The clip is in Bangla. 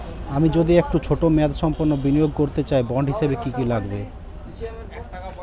আমি যদি একটু ছোট মেয়াদসম্পন্ন বিনিয়োগ করতে চাই বন্ড হিসেবে কী কী লাগবে?